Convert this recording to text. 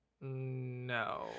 no